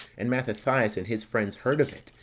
and mathathias and his friends heard of it,